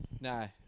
No